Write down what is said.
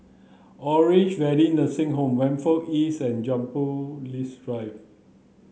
Orange Valley Nursing Home Whampoa East and Jumbo lis Drive